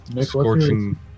Scorching